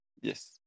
Yes